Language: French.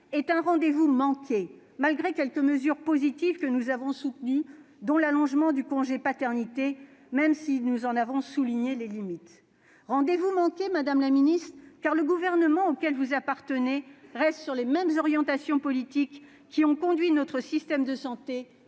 est un rendez-vous manqué, malgré quelques mesures positives que nous avons soutenues, comme l'allongement du congé paternité- mais nous en avons souligné les limites. Rendez-vous manqué, madame la ministre, car le gouvernement auquel vous appartenez reste sur les mêmes orientations politiques qui ont conduit notre système de santé